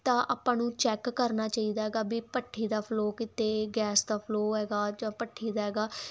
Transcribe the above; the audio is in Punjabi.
ਤਾਂ ਆਪਾਂ ਨੂੰ ਚੈੱਕ ਕਰਨਾ ਚਾਹੀਦਾ ਹੈਗਾ ਵੀ ਭੱਠੀ ਦਾ ਫਲੋ ਕਿਤੇ ਗੈਸ ਦਾ ਫਲੋ ਹੈਗਾ ਜਾਂ ਭੱਠੀ ਦਾ ਹੈਗਾ